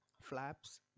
flaps